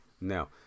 now